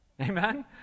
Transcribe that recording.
Amen